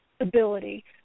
ability